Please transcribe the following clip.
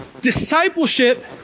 discipleship